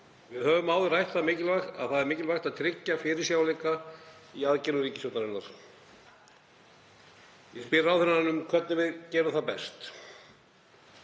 Við höfum áður rætt að það er mikilvægt að tryggja fyrirsjáanleika í aðgerðum ríkisstjórnarinnar. Ég spyr ráðherrann um hvernig við gerum það best.